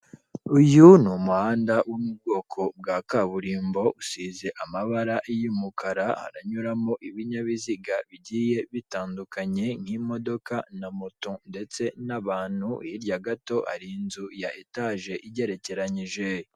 Uyu ni umuhanda wo mu bwoko bwa kaburimbo, usize amabara y'umukara haranyuramo ibinyabiziga bigiye bitandukanye nk'imodoka na moto ndetse n'abantu, hirya gato hari inzu ya etaje igerekeranyije.